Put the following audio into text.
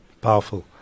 Powerful